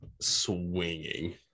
swinging